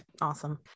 Awesome